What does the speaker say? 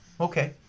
Okay